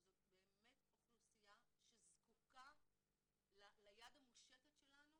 זאת באמת אוכלוסייה שזקוקה ליד המושטת שלנו